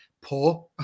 poor